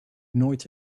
nooit